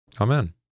Amen